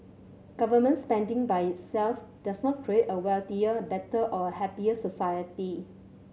government spending by itself does not create a wealthier better or a happier society